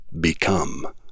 Become